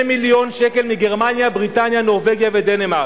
2 מיליון שקל מגרמניה, בריטניה, נורבגיה ודנמרק,